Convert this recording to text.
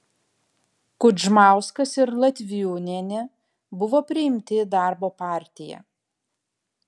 kudžmauskas ir latviūnienė buvo priimti į darbo partiją